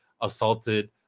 assaulted